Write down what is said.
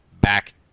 back